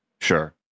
Sure